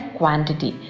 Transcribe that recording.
quantity